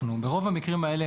ברוב המקרים האלה,